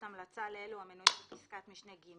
המלצה לאלו המנויים בפסקת משנה (ג),